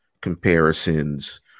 comparisons